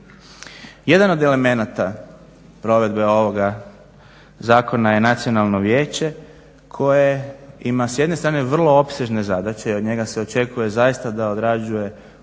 Jedan od elemenata provedbe ovoga zakona je Nacionalno vijeće koje ima s jedne stran vrlo opsežne zadaće i od njega se očekuje zaista da određuje ogroman